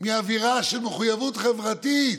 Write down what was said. מאווירה של מחויבות חברתית.